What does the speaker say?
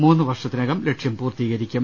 മൂന്ന് വർഷത്തിനകം ലക്ഷ്യം പൂർത്തീകരിക്കും